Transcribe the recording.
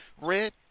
red